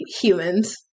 humans